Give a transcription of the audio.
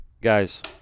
Guys